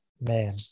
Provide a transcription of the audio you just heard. Man